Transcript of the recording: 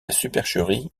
supercherie